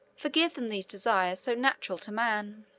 forgive them these desires, so natural to man.